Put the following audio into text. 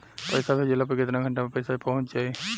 पैसा भेजला पर केतना घंटा मे पैसा चहुंप जाई?